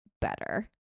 better